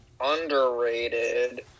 underrated